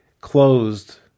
closed